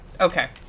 okay